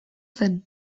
zen